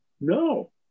No